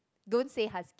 don't say husk~